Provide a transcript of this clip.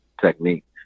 technique